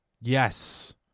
Yes